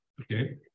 okay